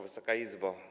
Wysoka Izbo!